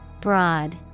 Broad